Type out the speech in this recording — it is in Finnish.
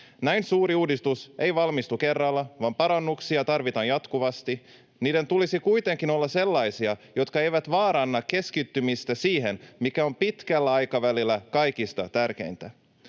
Näin suuri uudistus ei valmistu kerralla, vaan parannuksia tarvitaan jatkuvasti. Niiden tulisi kuitenkin olla sellaisia, jotka eivät vaaranna keskittymistä siihen, mikä on pitkällä aikavälillä kaikista tärkeintä.